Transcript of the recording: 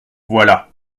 voilà